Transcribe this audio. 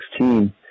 2016